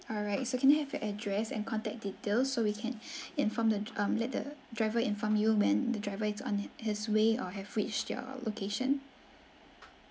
alright so can I have your address and contact details so we can inform the um let the driver inform you when the driver is on his way or have reached your location